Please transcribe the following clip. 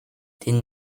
denn